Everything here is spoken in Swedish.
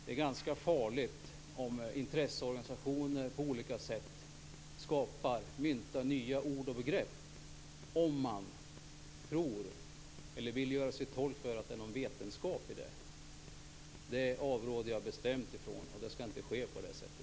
Det är ganska farligt om intresseorganisationer myntar nya ord och begrepp, om de vill hävda att det ligger någon vetenskap i detta. Jag avråder bestämt från det, och det skall inte heller ske.